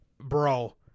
Bro